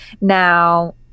Now